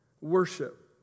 worship